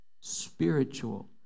spiritual